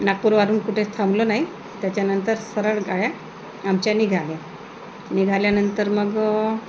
नागपूरवरून कुठे थांबलो नाही त्याच्यानंतर सरळ गाड्या आमच्या निघाल्या निघाल्यानंतर मग